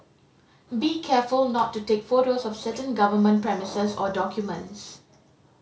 be careful not to take photos of certain government premises or documents